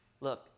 Look